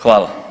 Hvala.